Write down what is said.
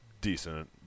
Decent